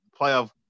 playoff